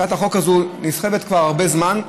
הצעת החוק הזו נסחבת כבר הרבה זמן,